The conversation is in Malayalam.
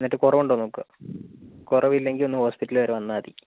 എന്നിട്ട് കുറവ് ഉണ്ടോ എന്ന് നോക്കുക കുറവില്ലെങ്കിൽ ഒന്ന് ഹോസ്പിറ്റൽ വരെ വന്നാൽ മതി